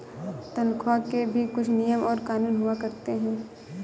तन्ख्वाह के भी कुछ नियम और कानून हुआ करते हैं